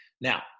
Now